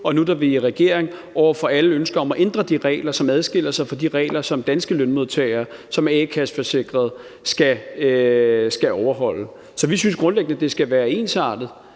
og nu, hvor vi er i regering, mod alle ønsker om at ændre de regler, så de adskiller sig fra de regler, som danske lønmodtagere, som er a-kasse-forsikrede, skal overholde. Så vi synes grundlæggende, at det skal være ensartet.